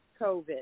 COVID